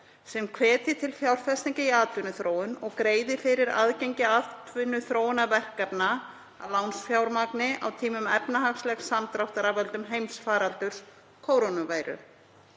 sem hvetji til fjárfestinga í atvinnuþróun og greiði fyrir aðgengi atvinnuþróunarverkefna að lánsfjármagni á tímum efnahagslegs samdráttar af völdum heimsfaraldurs kórónuveiru.